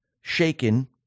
shaken